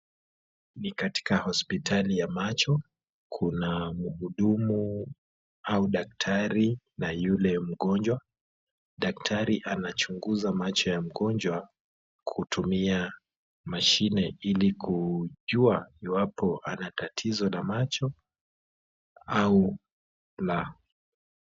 Ni katika hospitali ya macho, kuna mhudumu au daktari na yule mgonjwa. Daktari anachunguza macho ya mgonjwa kutumia mashine ili kujua iwapo ana tatizo la macho au la.